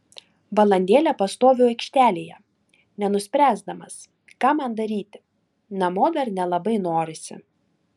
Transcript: valandėlę pastoviu aikštelėje nenuspręsdamas ką man daryti namo dar nelabai norisi